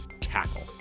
tackle